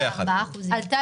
עלתה